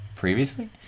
previously